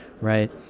right